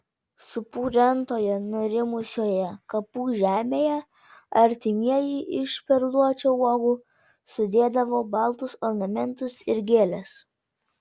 supurentoje nurimusioje kapų žemėje artimieji iš perluočio uogų sudėdavo baltus ornamentus ir gėles